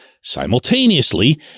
Simultaneously